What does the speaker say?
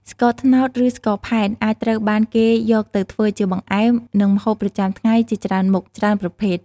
ស្ករត្នោត ឬស្ករផែនអាចត្រូវបានគេយកទៅធ្វើជាបង្អែម និងម្ហូបប្រចាំថ្ងៃជាច្រើនមុខ ច្រើនប្រភេទ។